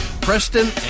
Preston